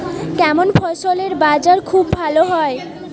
কেমন ফসলের বাজার খুব ভালো হয়?